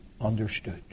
understood